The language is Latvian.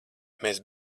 mēs